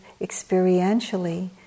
experientially